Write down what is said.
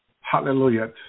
Hallelujah